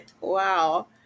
Wow